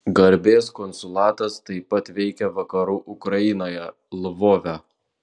garbės konsulatas taip pat veikia vakarų ukrainoje lvove